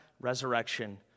resurrection